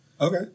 okay